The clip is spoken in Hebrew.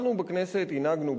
אנחנו בכנסת הנהגנו,